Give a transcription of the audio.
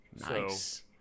nice